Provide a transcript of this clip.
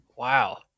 Wow